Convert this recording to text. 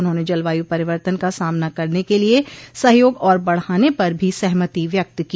उन्होंने जलवायू परिवर्तन का सामना करने के लिए सहयोग और बढ़ाने पर भी सहमति व्यक्त की